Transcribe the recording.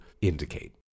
indicate